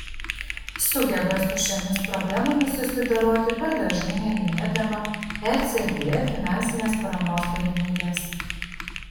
sugeba su šiomis problemomis susidoroti per dažnai neminėdama ecb finansinės paramos galimybės